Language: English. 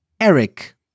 Eric